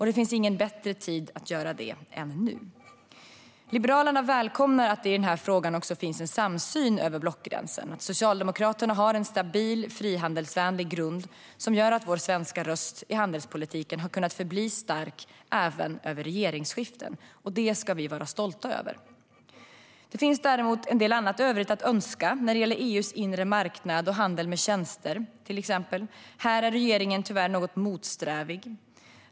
Det finns ingen bättre tid att göra detta än nu. Liberalerna välkomnar att det i den här frågan finns en samsyn över blockgränserna. Socialdemokraterna har en stabil frihandelsvänlig grund som gör att vår svenska röst i handelspolitiken har kunnat förbli stark även över regeringsskiften. Det ska vi vara stolta över. Det finns däremot en del övrigt att önska när det gäller till exempel EU:s inre marknad och handel med tjänster. Här är regeringen tyvärr något motsträvig.